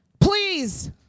Please